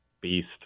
beast